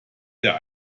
der